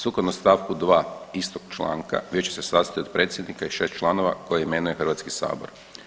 Sukladno stavku 2. istog članka vijeće se sastoji od predsjednika i 6 članova koje imenuje Hrvatski sabor.